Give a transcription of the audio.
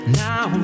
now